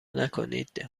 نکنید